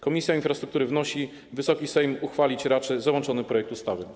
Komisja Infrastruktury wnosi: Wysoki Sejm uchwalić raczy załączony projekt ustawy.